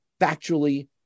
factually